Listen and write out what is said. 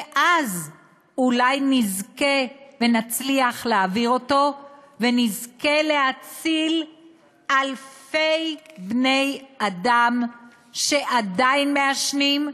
ואז אולי נצליח להעביר אותו ונזכה להציל אלפי בני-אדם שעדיין מעשנים,